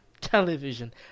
television